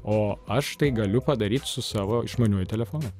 o aš tai galiu padaryt su savo išmaniuoju telefonu